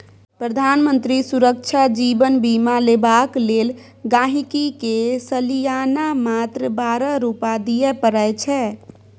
प्रधानमंत्री सुरक्षा जीबन बीमा लेबाक लेल गांहिकी के सलियाना मात्र बारह रुपा दियै परै छै